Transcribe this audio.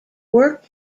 work